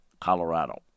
Colorado